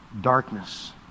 darkness